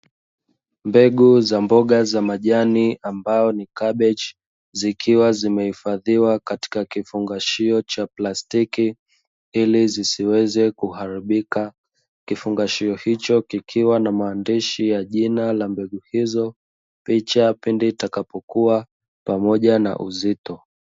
Mbegu za mboga za majani ambayo ni kabeji, zikiwa zimehifadhiwa katika kifungashio cha plastiki ili zisiweze kuharibika. Kifungashio hicho kikiwa na maandishi ya jina la mbegu hizo, picha pindi itakapokua pamoja na uzito.